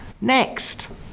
Next